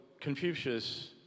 Confucius